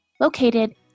located